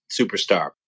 superstar